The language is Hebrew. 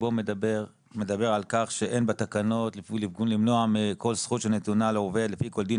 שבו מדבר על כך שאין בתקנות למנוע מכל זכות שנתונה לעובד לפי כל דין,